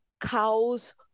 cows